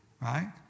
right